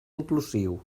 inclusiu